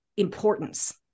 Importance